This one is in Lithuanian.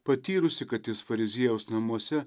patyrusi kad jis fariziejaus namuose